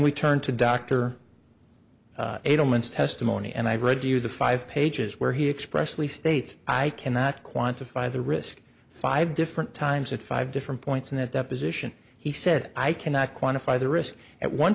we turn to doctor edelman's testimony and i've read you the five pages where he expressed lee states i cannot quantify the risk five different times at five different points in a deposition he said i cannot quantify the risk at one